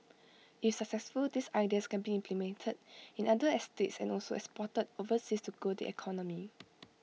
if successful these ideas can be implemented in other estates and also exported overseas to grow the economy